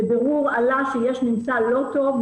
בבירור עלה שיש ממצא לא טוב,